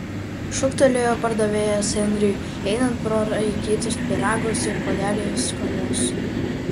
šūktelėjo pardavėjas henriui einant pro raikytus pyragus ir puodelius kavos